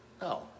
No